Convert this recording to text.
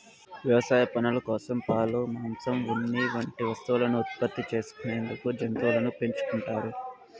వ్యవసాయ పనుల కోసం, పాలు, మాంసం, ఉన్ని వంటి వస్తువులను ఉత్పత్తి చేసుకునేందుకు జంతువులను పెంచుకుంటారు